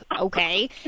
okay